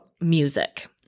music